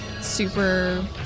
super